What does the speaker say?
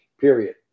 period